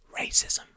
racism